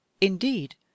indeed